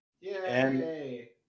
Yay